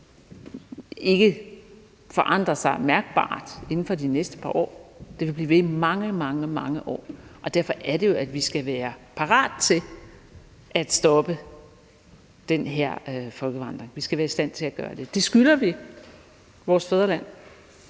ikke forandrer sig mærkbart inden for de næste par år. Det er en situation, der kan blive ved i mange, mange år. Det er derfor, at vi skal være parate til at stoppe den her folkevandring. Vi skal være i stand til at gøre det. Det skylder vi vores fædreland.